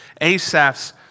Asaph's